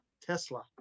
Tesla